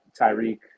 Tyreek